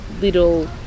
little